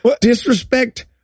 disrespect